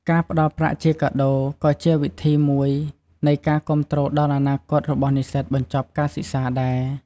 ការផ្តល់ប្រាក់ជាកាដូ ក៏ជាវិធីមួយនៃការគាំទ្រដល់អនាគតរបស់និស្សិតបញ្ចប់ការសិក្សាដែរ។